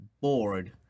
bored